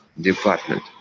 department